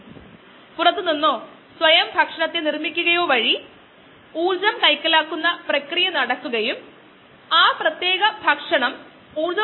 ഒന്നിനു പുറകെ ഒന്നായി സബ്സ്ട്രേറ്റുകളുടെ തുടർച്ചയായ ഉപയോഗം കാരണം ഇത് അനിവാര്യമായും ഉയർന്നുവരുന്നു